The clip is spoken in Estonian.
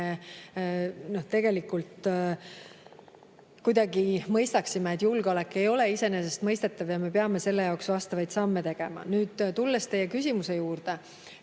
tähtis, et me mõistaksime, et julgeolek ei ole iseenesestmõistetav ja me peame selle jaoks vastavaid samme tegema. Tulen teie küsimuse juurde.